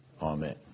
Amen